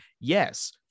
yes